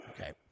Okay